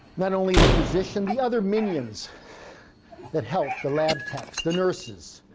not only the physician, the other millions that help the lab techs, the nurses,